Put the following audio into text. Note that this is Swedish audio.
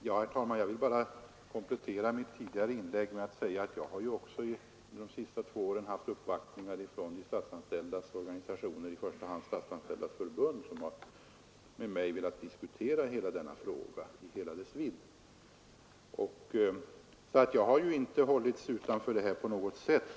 Herr talman! Jag vill bara komplettera mitt tidigare inlägg med att säga att jag också under de senaste två åren haft uppvaktningar från de statsanställdas organisationer, i första hand Statsanställdas förbund, som med mig har velat diskutera denna fråga i hela dess vidd. Jag har inte hållits utanför detta på något sätt.